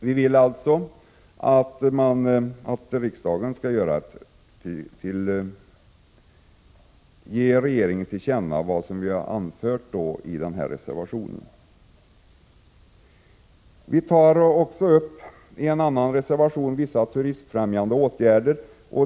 Vi vill alltså att riksdagen skall ge regeringen till känna vad vi anfört i denna reservation. I reservation 12 tar vi upp vissa turismfrämjande åtgärder.